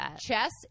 chess